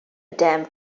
damned